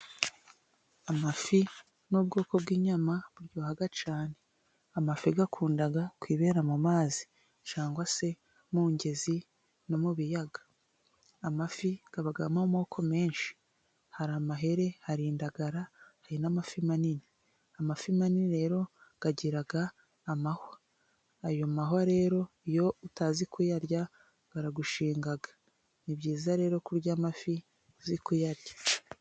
Amafi n'ubwoko bw'inyama araryoha cyane, amafi akunda kwibera mu mazi cyangwa se mungezi no mu biyaga, amafi abamo amoko menshi:hari amahera, har'indagara, hari n'amafi manini, amafi manini rero agira amahwa, ayo mahwa rero iyo utazi kuyarya aragushinga, ni byiza rero kurya amafi uzi kuyarya.